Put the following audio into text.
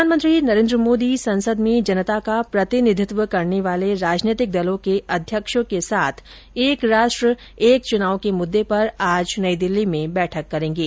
प्रधानमंत्री नरेन्द्र मोदी संसद में जनता का प्रतिनिधित्व करने वाले राजनीतिक दलों के अध्यक्षों के साथ एक राष्ट्र एक चुनाव के मुद्दे पर आज नई दिल्ली में बैठक करेंगे